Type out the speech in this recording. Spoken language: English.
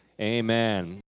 amen